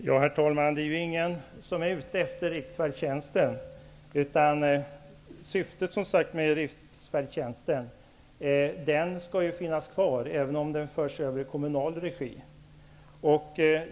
Herr talman! Det är ingen som är ute efter riksfärdtjänsten. Syftet med riksfärdtjänsten skall finnas kvar, även om den förs över i kommunal regi.